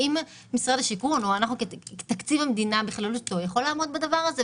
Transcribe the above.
האם משרד השיכון או תקציב המדינה בכללותו יכול לעמוד בדבר הזה?